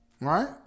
Right